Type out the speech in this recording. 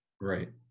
Right